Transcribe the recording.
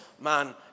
man